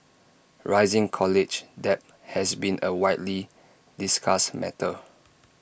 rising college debt has been A widely discussed matter